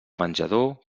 menjador